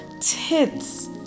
tits